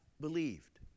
believed